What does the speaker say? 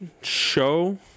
show